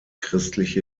christliche